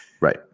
right